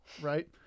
right